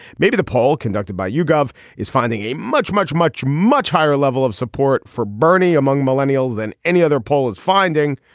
maybe the poll conducted by yougov is finding a much much much much higher level of support for bernie among millennials than any other poll is finding.